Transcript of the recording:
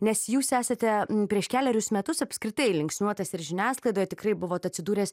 nes jūs esate prieš kelerius metus apskritai linksniuotas ir žiniasklaidoje tikrai buvot atsidūręs